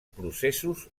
processos